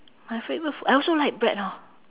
my favourite food I also like bread orh